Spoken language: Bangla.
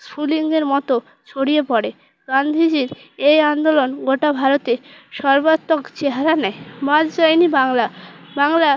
স্ফুলিঙ্গের মতো ছড়িয়ে পড়ে গান্ধীজির এই আন্দোলন গোটা ভারতে সর্বাত্মক চেহারা নেয় বাদ যায়নি বাংলা বাংলা